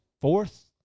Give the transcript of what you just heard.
fourth